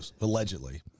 allegedly